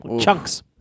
Chunks